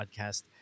podcast